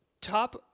top